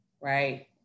right